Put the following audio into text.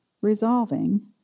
resolving